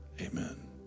amen